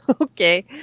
Okay